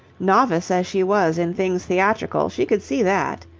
novice as she was in things theatrical, she could see that.